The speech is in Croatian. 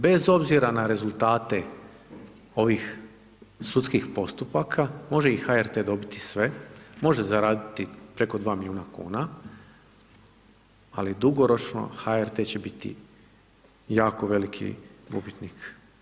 Bez obzira na rezultate ovih sudskih postupaka, može i HRT dobiti sve, može zaraditi preko 2 milijuna kuna ali dugoročno HRT će biti jako veliki gubitnik.